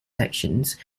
sections